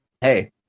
hey